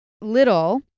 Little